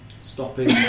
stopping